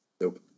Nope